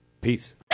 Peace